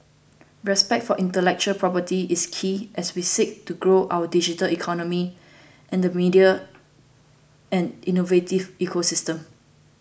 respect for intellectual property is key as we seek to grow our digital economy and the media and innovative ecosystems